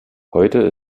heute